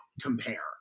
compare